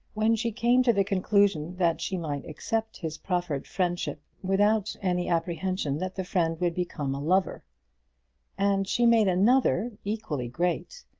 when she came to the conclusion that she might accept his proffered friendship without any apprehension that the friend would become a lover and she made another, equally great,